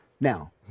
Now